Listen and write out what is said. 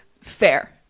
fair